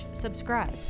subscribe